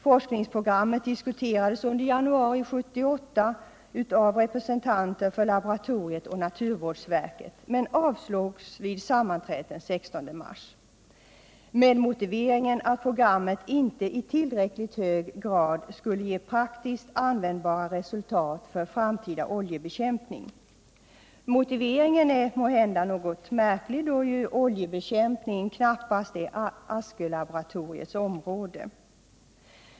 Forskningsprogrammet diskuterades under januari 1978 av representanter för laboratoriet och naturvårdsverket men avslogs vid sammanträde den 16 mars i år, med motiveringen att programmet inte i tillräckligt hög grad skulle ge praktiskt användbara resultat för framtida Motiveringen är måhända något märklig, då ju oljebekämpning knappast är Askölaboratoriets område.